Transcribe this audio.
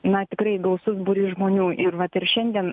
na tikrai gausus būrys žmonių ir vat ir šiandien